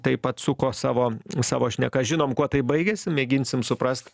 taip pat suko savo savo šnekas žinom kuo tai baigėsi mėginsim suprast